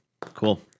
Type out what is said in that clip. Cool